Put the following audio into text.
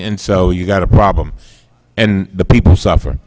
and so you got a problem and the people suffer